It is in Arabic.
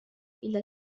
إلى